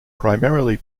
primarily